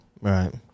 Right